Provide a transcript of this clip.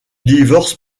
divorce